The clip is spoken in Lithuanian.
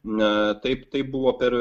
na taip taip buvo per